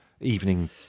evening